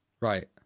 Right